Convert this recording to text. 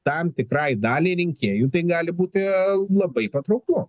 tam tikrai daliai rinkėjų tai gali būti labai patrauklu